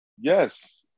Yes